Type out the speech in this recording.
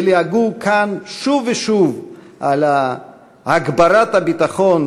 וליהגו כאן שוב ושוב על הגברת הביטחון,